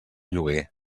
lloguer